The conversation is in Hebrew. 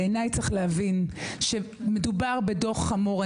צריך להבין שמדובר בדוח חמור.